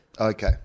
Okay